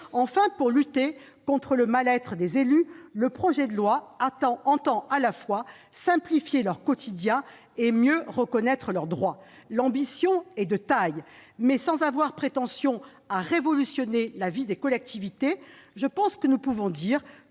Enfin, pour lutter contre le mal-être des élus, le projet de loi vise à la fois à simplifier leur quotidien et à mieux reconnaître leurs droits. L'ambition est de taille. Sans prétendre révolutionner la vie des collectivités, le texte final constitue,